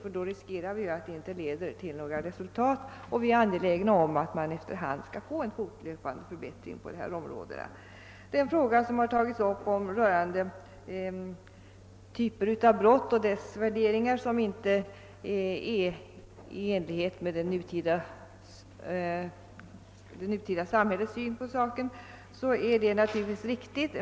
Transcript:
Då skulle vi kunna riskera att det inte leder till några resultat. Vi är ju tvärtom angelägna om att man efter hand skall få till stånd en förbättring på dessa områden. Det är riktigt att, såsom här gjorts gällande, vissa typer av brott inte bestraffas enligt värderingar som överensstämmer med det nutida samhällets syn på dessa brott.